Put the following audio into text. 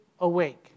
awake